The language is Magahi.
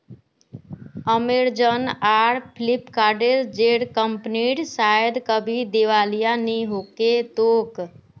अमेजन आर फ्लिपकार्ट जेर कंपनीर शायद कभी दिवालिया नि हो तोक